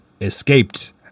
escaped